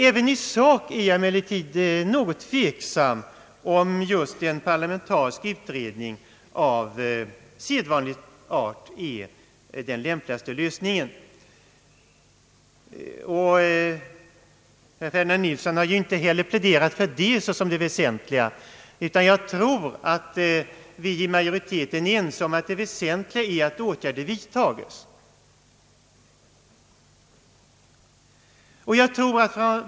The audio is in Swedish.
Även i sak är jag emellertid något tveksam till om just en parlamentarisk utredning av sedvanlig art är den lämpligaste lösningen. Herr Ferdinand Nilsson har ju inte heller pläderat för en sådan utredning såsom det väsentliga. Jag tror att vi i majoriteten är ense om att det väsentliga är att åtgärder vidtages.